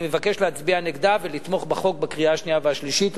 אני מבקש להצביע נגדה ולתמוך בחוק בקריאה השנייה והשלישית.